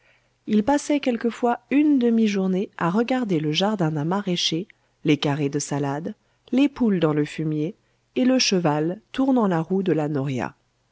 il passait quelquefois une demi-journée à regarder le jardin d'un maraîcher les carrés de salade les poules dans le fumier et le cheval tournant la roue de la noria